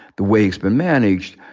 the way it's been managed,